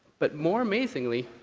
but more amazingly,